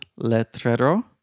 letrero